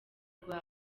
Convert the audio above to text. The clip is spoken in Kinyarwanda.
rwa